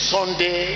Sunday